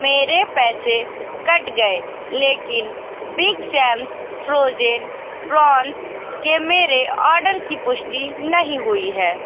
मेरे पैसे कट गए लेकिन बिग सैम्स फ्रोजेन प्रॉन्स के मेरे ऑर्डर की पुष्टि नहीं हुई है